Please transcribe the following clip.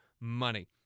money